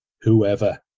whoever